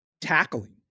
tackling